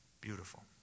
Beautiful